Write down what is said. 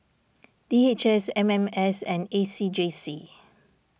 D H S M M S and A C J C